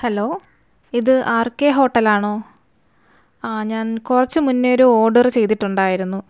hello ഇത് R K ഹോട്ടലാണോ ആ ഞാന് കുറച്ച് മുന്നെ ഒരു ഓര്ഡറ് ചെയ്തിട്ടുണ്ടായിരുന്നു